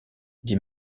dit